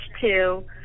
two